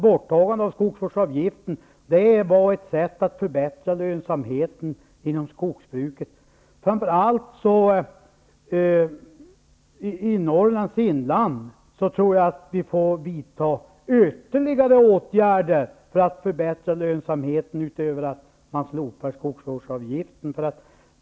Borttagandet av skogsvårdsavgiften var ett sätt att förbättra lönsamheten inom skogsbruket. Jag tror att vi framför allt i Norrlands inland får vidta ytterligare åtgärder för att förbättra lönsamheten, utöver ett slopande av skogsvårdsavgiften.